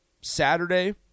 Saturday